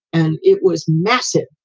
and it was massive.